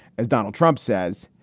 as donald trump says,